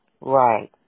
Right